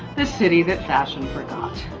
the city that fashion forgot.